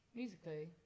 musically